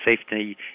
safety